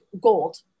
gold